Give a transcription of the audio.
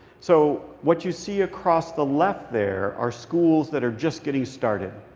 so what you see across the left there are schools that are just getting started.